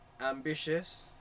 Ambitious